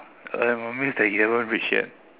uh that means he haven't rage yet